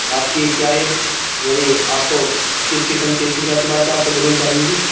آپ کی کیا ایج یعنی آپ کو کس قسم کے کس اعتبار سے آپ کو زمین چاہیے گی